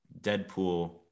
Deadpool